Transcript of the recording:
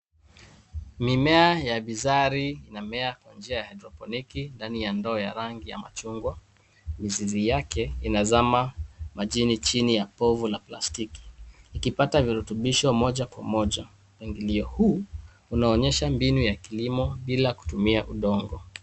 Mimea ya vizari inamea kwa njia ya hydroponic ndani ya ndoo ya rangi ya machungwa. Mizizi yake inazama majini chini ya povu la plastiki ikipata virutubisho moja kwa moja. Mpangilio huu unaonyesha mbinu ya kilimo bila kutumia udongo.